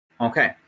okay